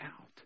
out